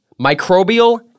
Microbial